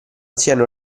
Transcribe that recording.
siano